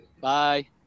Bye